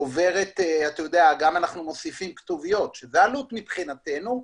אנחנו מוסיפים כתוביות שזו עלות מבחינתנו,